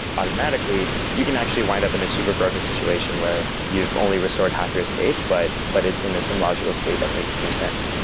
automatically you can actually wind up in a super broken situation, where you've only restored half your state, but but it's in this illogical state that makes no sense.